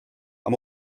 amb